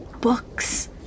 books